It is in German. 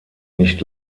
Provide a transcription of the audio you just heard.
nicht